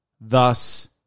thus